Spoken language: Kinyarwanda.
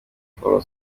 follow